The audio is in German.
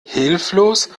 hilflos